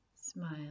smile